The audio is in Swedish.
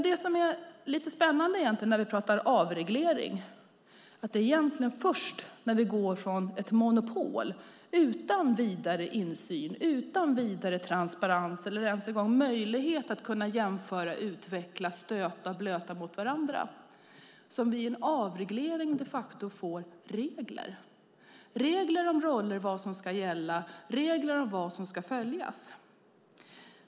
Det som är lite spännande när vi pratar avreglering är att det egentligen är först när vi går från ett monopol utan vidare insyn, utan vidare transparens eller ens en gång möjlighet att kunna jämföra, utveckla, stöta och blöta mot varandra till avreglering som vi de facto får regler om roller, regler om vad som ska gälla och regler om vad som ska följas.